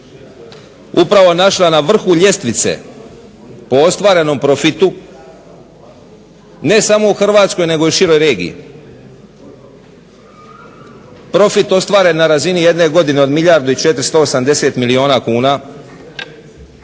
upravo našla na vrhu ljestvice po ostvarenom profitu ne samo u Hrvatskoj nego i široj regiji, profit ostvaren na razini jedne godine od milijardu i 480 milijuna kuna